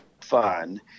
fun